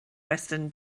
western